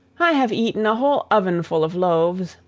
i have eaten a whole ovenful of loaves,